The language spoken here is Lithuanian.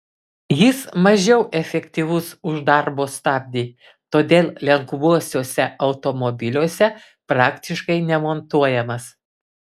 jis mažiau efektyvus už darbo stabdį todėl lengvuosiuose automobiliuose praktiškai nemontuojamas